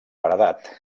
paredat